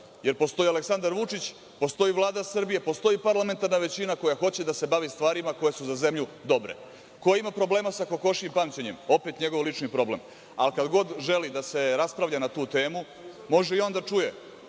Jer postoji Aleksandar Vučić, postoji Vlada Srbije, postoji parlamentarna većina koja hoće da se bavi stvarima koje su za zemlju dobre. Ko ima problema sa kokošijim pamćenjem, opet njegov lični problem, ali kad god želi da se raspravlja na tu temu, može i on da čuje